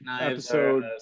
Episode